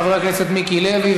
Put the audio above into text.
חבר הכנסת מיקי לוי,